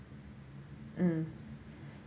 mm